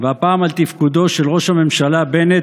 והפעם על תפקודו של ראש הממשלה בנט